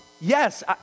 yes